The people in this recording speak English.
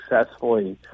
successfully